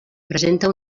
presenta